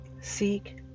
Seek